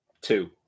two